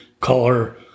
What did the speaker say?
Color